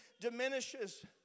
diminishes